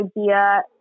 idea